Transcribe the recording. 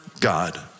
God